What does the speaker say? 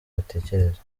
batekereza